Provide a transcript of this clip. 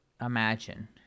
imagine